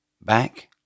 back